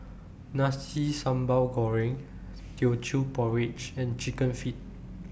Nasi Sambal Goreng Teochew Porridge and Chicken Feet